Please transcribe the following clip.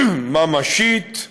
ממשית.